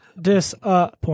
disappoint